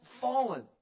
fallen